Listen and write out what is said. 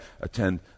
attend